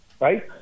right